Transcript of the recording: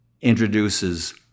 introduces